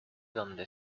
donde